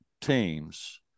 teams